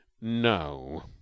no